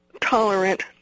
tolerant